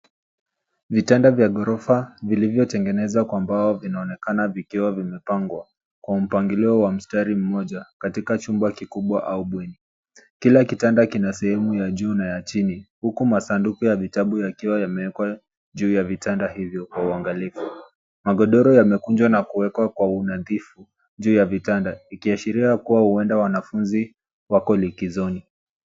Vitanda vya gorofa vilivyotengenezwa kwa mbao, vinaonekana vikiwa vimepgwa kwa mpangilio wa msatari mmoja, katika chumba kikubwa au bweni. Kila kitanda kina sehemu ya juu na ya chini, huku masanduku ya vitabu yakiwa yamewekwa juu ya vitanda hivyo kwa uangalifu. Magodoro yamekunjwa na kuwekwa kwa unadhifu juu ya vitanda, ikiashiria huenda wanafunzi wako likizoni.